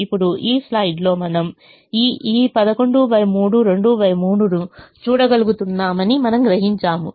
ఇప్పుడు ఈ స్లైడ్లో మనం ఈ 113 23 ను చూడగలుగుతున్నామని మనము గ్రహించాము